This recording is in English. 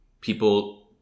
people